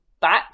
back